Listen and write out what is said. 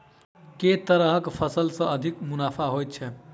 केँ तरहक फसल सऽ अधिक मुनाफा होइ छै?